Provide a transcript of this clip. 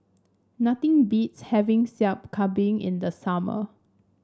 nothing beats having Sup Kambing in the summer